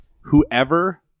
whoever